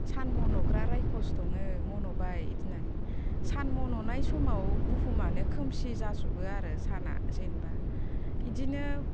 सान मन'ग्रा रायख'स दङ मन'बाय बिदि होननानै सान मन'नाय समाव बुहुमानो खोमसि जाजोबो आरो साना जेनेबा बिदिनो